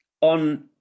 on